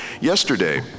yesterday